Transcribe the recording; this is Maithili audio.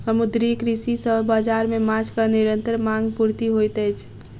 समुद्रीय कृषि सॅ बाजार मे माँछक निरंतर मांग पूर्ति होइत अछि